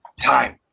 time